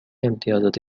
امتیازات